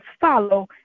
follow